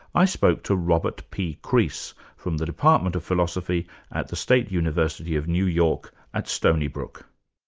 i spoke to robert p. crease, from the department of philosophy at the state university of new york at stony brook.